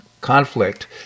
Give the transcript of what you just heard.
conflict